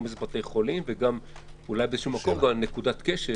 עומס בבתי חולים ועל נקודת כשל